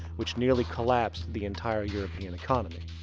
which nearly collapsed the entire european economy.